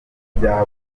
gutera